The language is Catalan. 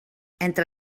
entre